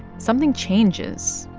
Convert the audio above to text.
something changes,